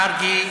מרגי.